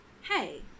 hey